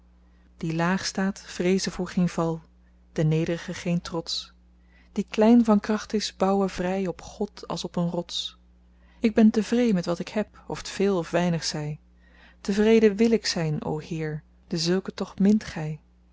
die laag staat vreeze voor geen val de needrige geen trots die klein van kracht is bouwe vrij op god als op een rots ik ben tevreê met wat ik heb of t veel of weinig zij tevreden wl ik zijn o heer dezulken toch mint gij